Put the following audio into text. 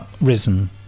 risen